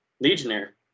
legionnaire